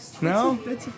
No